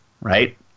right